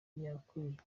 yakuriye